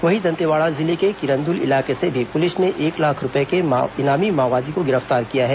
वहीं दंतेवाड़ा जिले के किरंदुल इलाके से भी पुलिस ने एक लाख रूपये के इनामी माओवादी को गिरफ्तार किया है